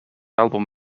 album